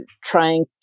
trying